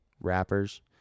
rappers